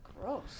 gross